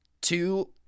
Two